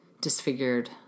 disfigured